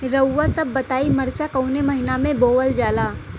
रउआ सभ बताई मरचा कवने महीना में बोवल जाला?